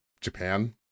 Japan